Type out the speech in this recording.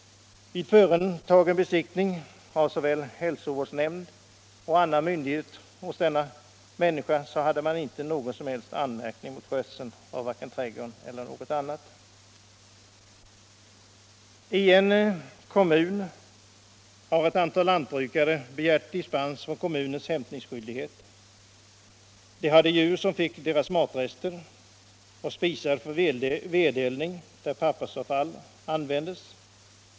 Vid besiktning som både hälsovårdsnämnden och annan myndighet gjort hos vederbörande hade man ingen som helst anmärkning mot vare sig skötseln av trädgården eller något annat. I en kommun har ett antal lantbrukare begärt dispens från kommunens hämtningsskyldighet. De har djur som fick deras matrester och de har spisar för vedeldning, där pappersavfall användes.